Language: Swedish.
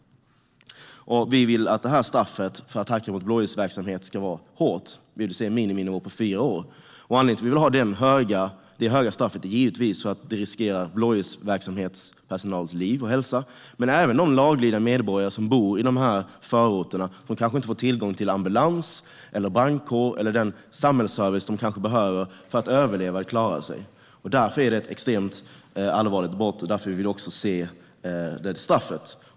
Vi vill att straffet för attacker mot blåljusverksamhet ska vara hårt. Vi vill se en miniminivå på fyra år. Anledningen till att vi vill ha det höga straffet är givetvis att sådana attacker riskerar blåljusverksamhetspersonals liv och hälsa, men det drabbar även de laglydiga medborgare som bor i de här förorterna och som kanske inte får tillgång till ambulans, brandkår eller den samhällsservice de behöver för att överleva eller klara sig. Därför är det ett extremt allvarligt brott, och därför vill vi också se det straffet.